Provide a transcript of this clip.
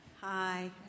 Hi